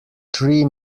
three